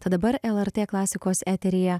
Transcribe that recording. tad dabar lrt klasikos eteryje